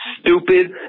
stupid